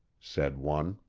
said one.